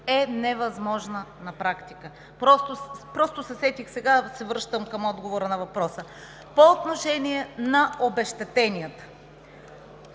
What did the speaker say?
е невъзможна на практика. Просто се сетих сега и се връщам към отговора на въпроса. По отношение на обезщетенията